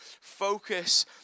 focus